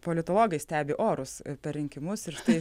politologai stebi orus per rinkimus ir štai